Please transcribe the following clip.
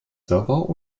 server